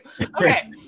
okay